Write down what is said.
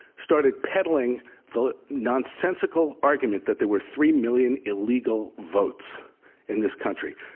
started peddling the nonsensical argument that there were three million illegal votes in this country.